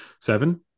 seven